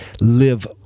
live